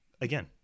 again